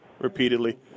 repeatedly